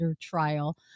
trial